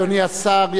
אדוני השר,